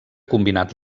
combinat